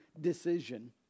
decision